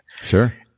Sure